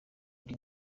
ndi